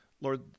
Lord